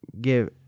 give